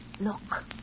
Look